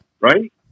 Right